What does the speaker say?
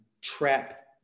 Trap